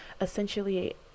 essentially